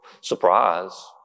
Surprise